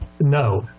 No